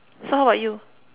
so how about you